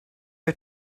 are